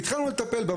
והתחלנו לטפל בה.